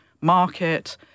market